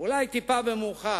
אולי טיפה במאוחר,